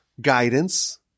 guidance